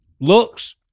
Looks